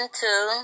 two